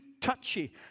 touchy